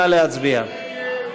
נא להצביע.